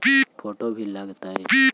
Photo भी लग तै?